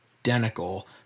identical